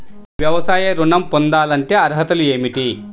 వ్యవసాయ ఋణం పొందాలంటే అర్హతలు ఏమిటి?